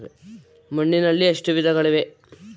ಮಣ್ಣಿನಲ್ಲಿ ಎಷ್ಟು ವಿಧಗಳಿವೆ?